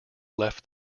left